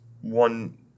one